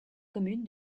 commune